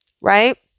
right